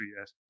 Yes